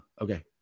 Okay